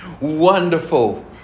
Wonderful